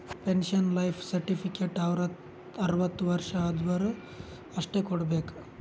pension life certificate ಅರ್ವತ್ ವರ್ಷ ಆದ್ವರು ಅಷ್ಟೇ ಕೊಡ್ಬೇಕ